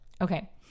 Okay